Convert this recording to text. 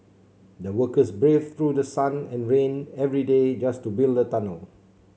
the workers braved through the sun and rain every day just to build the tunnel